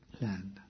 land